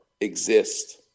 exist